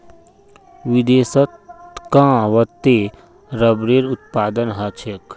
विदेशत कां वत्ते रबरेर उत्पादन ह छेक